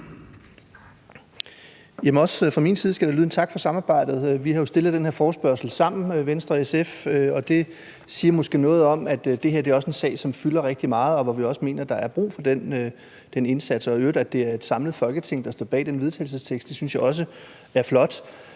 tak for samarbejdet. Vi har jo stillet den her forespørgsel sammen, Venstre og SF, og det siger måske noget om, at det her også er en sag, som fylder rigtig meget, og hvor vi også mener der er brug for den indsats. Jeg synes i øvrigt også, at det er flot, at det er et samlet Folketing, der står bag det forslag til vedtagelse. Derfor